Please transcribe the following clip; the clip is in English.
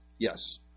Yes